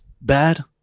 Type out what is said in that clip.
bad